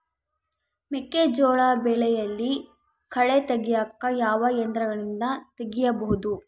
ಮೆಕ್ಕೆಜೋಳ ಬೆಳೆಯಲ್ಲಿ ಕಳೆ ತೆಗಿಯಾಕ ಯಾವ ಯಂತ್ರಗಳಿಂದ ತೆಗಿಬಹುದು?